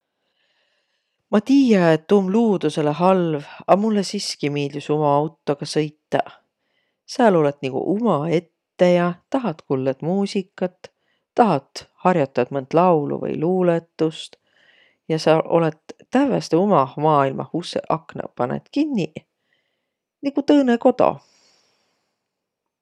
Ma tiiä, et tuu om luudusõlõ halv, a mullõ siski miildüs uma autoga sõitaq. Sää olõt nigu umaette ja, tahat, kullõt muusikat, tahat, har'otat mõnt laulu vai luulõtust ja sa olõt tääveste umah maailmah. Ussõq-aknõq panõt kinniq – nigu tõõnõ kodo.